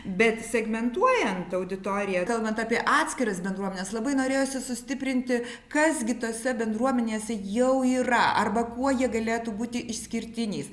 bet segmentuojant auditoriją kalbant apie atskiras bendruomenes labai norėjosi sustiprinti kas gi tose bendruomenėse jau yra arba kuo jie galėtų būti išskirtiniais